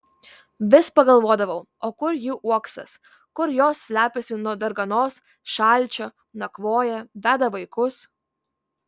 vis pagalvodavau o kur jų uoksas kur jos slepiasi nuo darganos šalčio nakvoja veda vaikus